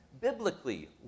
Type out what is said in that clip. biblically